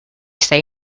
say